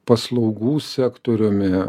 paslaugų sektoriumi